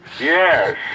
Yes